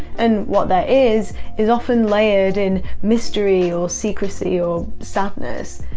and what there is is often layered in mystery or secrecy or sadness.